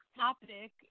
topic